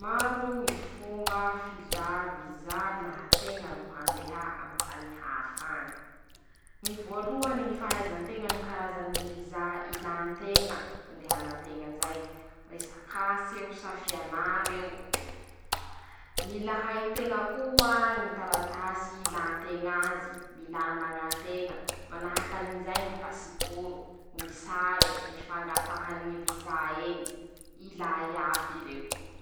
Maro ñy fomba filà viza laha teña ro handeha aminy tany hafa agny: - ñy voalohany ñy fahaiza nteña ñy karazany ñy viza ilà nteña, handehan nteña zay, resak'aseo sa fianar'eo, mila hay nteña koa ñy taratasy ilà nteña azy, mila anaña nteña, manahakan'izay ñy pasiporo, ñy sare, ñy fangataha ñy viza eñy, ilà aiby reo.